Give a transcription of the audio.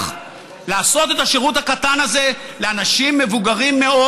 לעשות את השירות הקטן הזה לאנשים מבוגרים מאוד